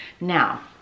Now